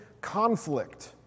conflict